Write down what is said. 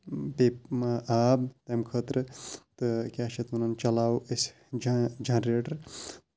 بیٚیہِ آب اَمہِ خٲطرٕ تہٕ کیٛاہ چھِ یَتھ وَنان چلاوو أسۍ جن جنریٹر